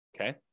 okay